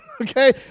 Okay